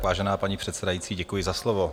Vážená paní předsedající, děkuji za slovo.